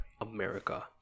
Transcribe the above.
America